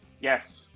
Yes